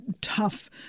tough